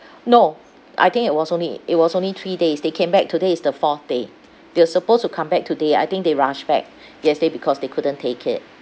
no I think it was only it was only three days they came back today is the fourth day they were supposed to come back today I think they rushed back yesterday because they couldn't take it